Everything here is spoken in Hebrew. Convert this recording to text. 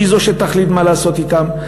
היא שתחליט מה לעשות אתם.